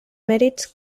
mèrits